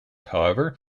however